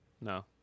no